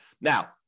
Now